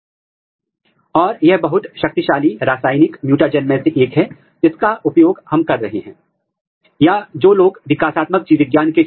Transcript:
signal का पता लगाने के लिए जाने से पहले यह बहुत महत्वपूर्ण है अगर आप ठीक से ऐसा नहीं करते हैं तो आपके पास बहुत सारे बैकग्राउंड सिग्नल होंगे